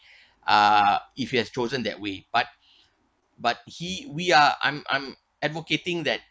uh if he has chosen that way but but he we are I'm I'm advocating that